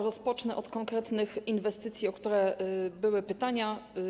Rozpocznę od konkretnych inwestycji, o które pytano.